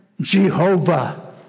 Jehovah